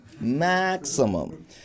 Maximum